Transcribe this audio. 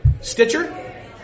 Stitcher